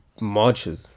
Marches